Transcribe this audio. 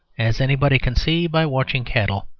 as anybody can see by watching cattle.